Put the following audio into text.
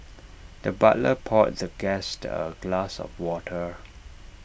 the butler poured the guest A glass of water